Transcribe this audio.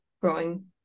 growing